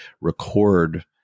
record